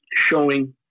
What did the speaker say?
showing